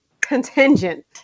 contingent